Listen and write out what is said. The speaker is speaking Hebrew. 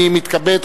אני מתכבד,